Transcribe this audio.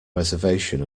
reservation